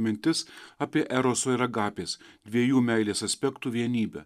mintis apie eroso ir agapės dviejų meilės aspektų vienybę